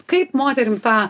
kaip moterim tą